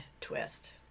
twist